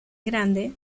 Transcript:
grande